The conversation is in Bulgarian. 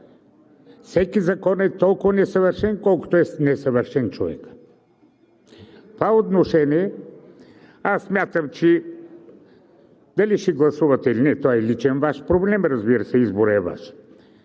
Всеки закон е толкова несъвършен, колкото е несъвършен човекът. В това отношение смятам, че дали ще гласувате или не, това е личен Ваш проблем. Разбира се, изборът е Ваш.